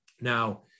Now